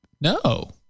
No